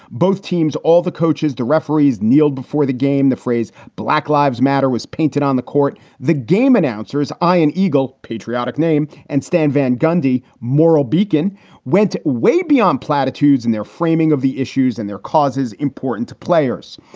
both teams, all the coaches, the referees kneeled before the game. the phrase black lives matter was painted on the court the game announcers, iron and eagle patriotic name and stan van gundy moral beacon went way beyond platitudes. and they're framing of the issues and their causes important to players.